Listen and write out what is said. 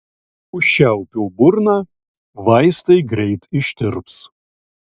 užčiaupiau burną vaistai greit ištirps